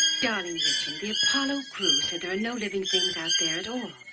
darling, listen. the apollo crew said there are no living things out there at all.